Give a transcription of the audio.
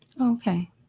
Okay